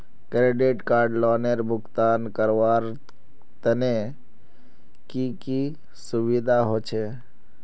Credit card लोनेर भुगतान करवार तने की की सुविधा होचे??